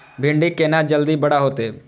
भिंडी केना जल्दी बड़ा होते?